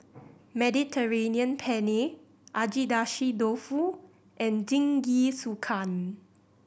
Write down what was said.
Mediterranean Penne Agedashi Dofu and Jingisukan